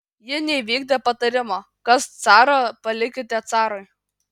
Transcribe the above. ji neįvykdė patarimo kas caro palikite carui